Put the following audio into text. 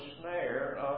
snare